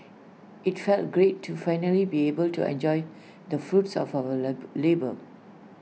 IT felt great to finally be able to enjoy the fruits of our labour